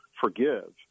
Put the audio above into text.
forgive